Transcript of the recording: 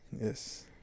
Yes